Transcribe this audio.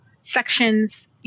sections